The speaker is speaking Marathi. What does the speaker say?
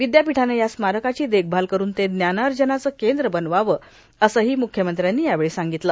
विद्यापिठाने या स्मारकाची देखभाल करून ते ज्ञानार्जनाचे केंद्र बनवावे असेही मुक्यामंत्र्यांनी यावेळी सांगितले